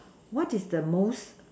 what is the most